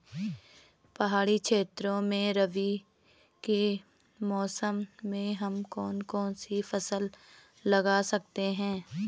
पहाड़ी क्षेत्रों में रबी के मौसम में हम कौन कौन सी फसल लगा सकते हैं?